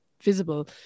visible